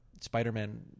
Spider-Man